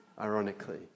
ironically